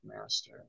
master